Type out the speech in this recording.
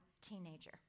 teenager